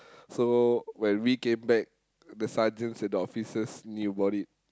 so when we came back the sergeants and the officers knew about it